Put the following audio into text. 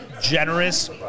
generous